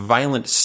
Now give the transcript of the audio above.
Violent